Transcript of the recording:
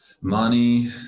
Money